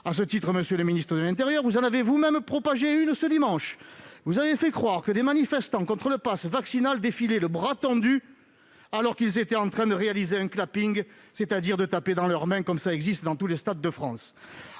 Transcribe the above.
À ce titre, monsieur le ministre de l'intérieur, vous en avez vous-même propagé une ce dimanche, faisant croire que des manifestants contre le passe vaccinal défilaient le bras tendu, alors qu'ils étaient en train de réaliser un, c'est-à-dire de taper dans leurs mains comme cela se fait dans tous les stades de France.